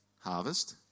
Harvest